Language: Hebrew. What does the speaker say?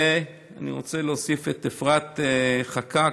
ואני רוצה להוסיף את אפרת חקאק,